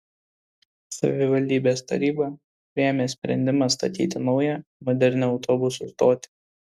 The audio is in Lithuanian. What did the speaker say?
savivaldybės taryba priėmė sprendimą statyti naują modernią autobusų stotį